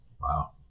Wow